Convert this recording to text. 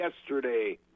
yesterday